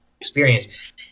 experience